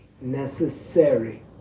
necessary